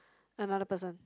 another person